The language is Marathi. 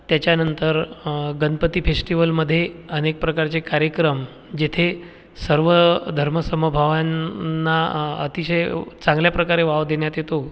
त्याच्यानंतर गणपती फेस्टिवलमध्ये अनेक प्रकारचे कार्यक्रम जेथे सर्व धर्मसमभावाने ना अतिशय चांगल्या प्रकारे वाव देण्यात येतो